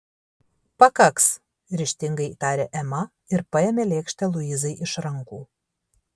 pakaks ryžtingai tarė ema ir paėmė lėkštę luizai iš rankų